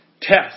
test